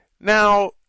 Now